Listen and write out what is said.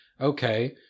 Okay